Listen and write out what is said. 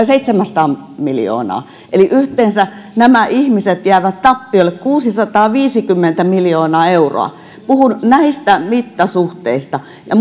seitsemänsataa miljoonaa niin yhteensä nämä ihmiset jäävät tappiolle kuusisataaviisikymmentä miljoonaa euroa puhun näistä mittasuhteista ja